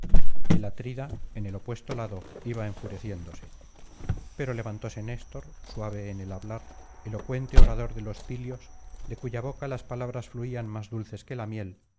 el atrida en el opuesto lado iba enfureciéndose pero levantóse néstor suave en el hablar elocuente orador de los pilios de cuya boca las palabras fluían más dulces que la miel